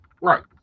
Right